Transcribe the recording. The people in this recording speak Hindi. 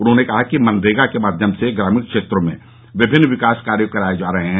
उन्होंने कहा कि मनरेगा के माध्यम से ग्रामीण क्षेत्रों में विभिन्न विकास कार्य कराये जा सकते हैं